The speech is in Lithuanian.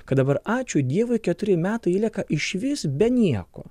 kad dabar ačiū dievui keturi metai ji lieka išvis be nieko